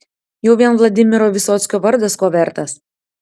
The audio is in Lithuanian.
jau vien vladimiro vysockio vardas ko vertas